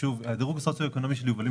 הדירוג הסוציו-אקונומי של יובלים,